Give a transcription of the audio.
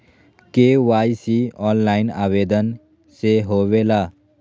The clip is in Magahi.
के.वाई.सी ऑनलाइन आवेदन से होवे ला?